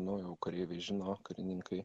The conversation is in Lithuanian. nu jau kareiviai žino karininkai